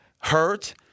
hurt